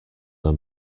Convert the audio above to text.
than